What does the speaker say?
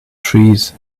trees